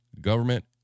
government